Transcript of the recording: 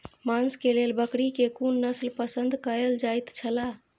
मांस के लेल बकरी के कुन नस्ल पसंद कायल जायत छला?